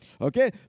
Okay